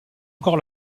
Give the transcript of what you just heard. encore